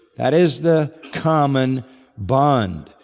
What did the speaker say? that is the common bond.